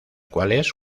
cuales